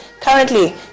currently